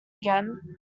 again